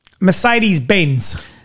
Mercedes-Benz